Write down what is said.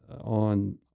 on